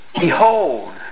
behold